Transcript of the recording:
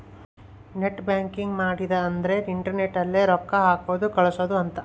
net banking ಮಾಡದ ಅಂದ್ರೆ internet ಅಲ್ಲೆ ರೊಕ್ಕ ಹಾಕೋದು ಕಳ್ಸೋದು ಅಂತ